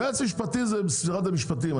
היועץ המשפטי זה משרד המשפטים.